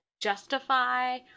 justify